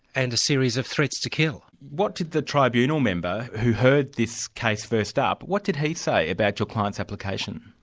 and a series of threats to kill. what did the tribunal member who heard this case first up, what did he say about your client's application?